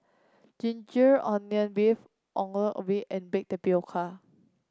ginger onion beef Ongol Ubi and Baked Tapioca